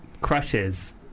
crushes